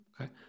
Okay